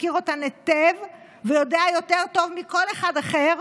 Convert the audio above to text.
מכיר אותן היטב ויודע יותר טוב מכל אחד אחר